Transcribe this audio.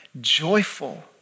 joyful